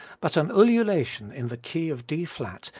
but an ululation in the key of d flat,